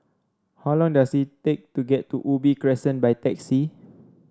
how long does it take to get to Ubi Crescent by taxi